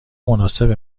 مناسب